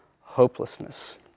hopelessness